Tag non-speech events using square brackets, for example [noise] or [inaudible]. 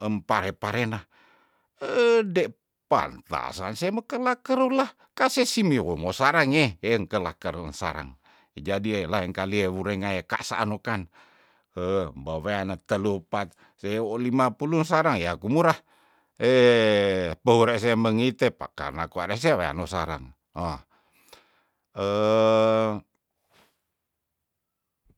empare parena hede pantasan semekela kerola kase simiwo mosarangeh engkelah karuung sarang jadi eh laeng kali eh wure ngaya kasa anokan heh baweane telupat sea olima puluh sarang yah kumurah he peure se mengite pakarna kwa reseweano sarang hoh [hesitation]